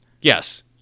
Yes